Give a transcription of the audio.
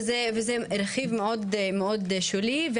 וזה רכיב מאוד שולי.